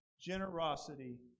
Generosity